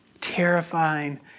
terrifying